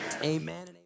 Amen